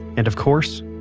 and of course,